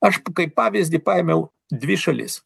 aš kaip pavyzdį paėmiau dvi šalis